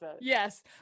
Yes